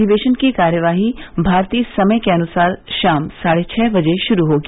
अधिवेशन की कार्यवाही भारतीय समय के अनुसार शाम साढ़े छः बजे शुरू होगी